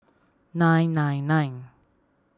nine nine nine